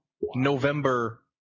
November